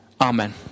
Amen